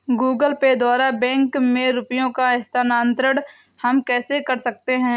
Google Pay द्वारा bank में रुपयों का स्थानांतरण हम कैसे कर सकते हैं?